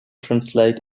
translate